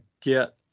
get